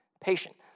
patient